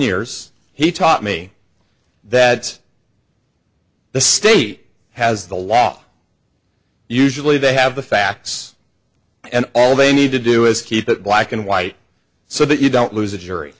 years he taught me that the state has the law usually they have the facts and all they need to do is keep it black and white so that you don't lose a jury